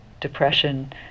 depression